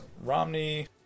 Romney